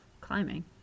climbing